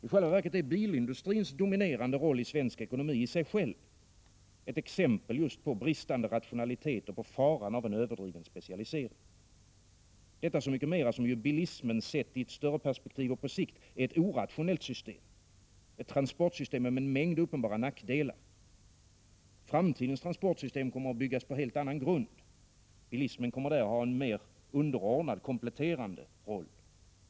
I själva verket är bilindustrins dominerande roll i svensk ekonomi i sig själv ett exempel just på bristande rationalitet och på faran av en överdriven specialisering — detta så mycket mer som bilismen i ett större perspektiv och på sikt är ett orationellt system, ett transportsystem med en mängd uppenbara nackdelar. Framtidens transportsystem kommer att byggas på helt annan grund. Bilismen kommer där att ha en mer underordnad och kompletterande roll.